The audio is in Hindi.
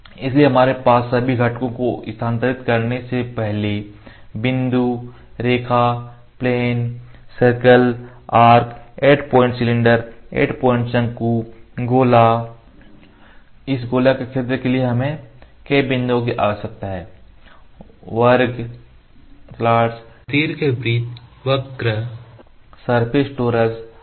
इसलिए हमारे पास सभी घटकों को स्थानांतरित करने से पहले बिंदु रेखा plane circle arc 8 point cylinder 8 point शंकु गोला इस गोला क्षेत्र के लिए हमें कई बिंदुओं की आवश्यकता है वर्ग स्लॉट्स दीर्घवृत्त वक्र सरफेस टोरस हैं